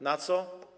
Na co?